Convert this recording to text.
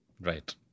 Right